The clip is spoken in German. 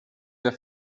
der